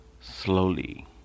slowly